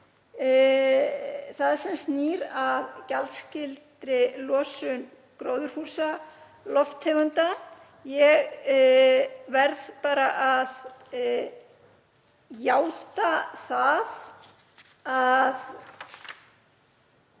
það sem snýr að gjaldskyldri losun gróðurhúsalofttegunda. Ég verð bara að játa það að